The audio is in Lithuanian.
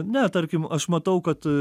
ne tarkim aš matau kad